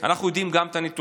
ואנחנו יודעים גם את הנתונים.